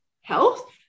health